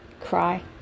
cry